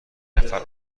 نفر